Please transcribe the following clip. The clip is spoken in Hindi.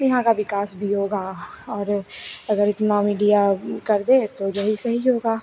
यहाँ का विकास भी होगा और अगर इतना मीडिया कर दे तो यही सही होगा